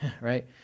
right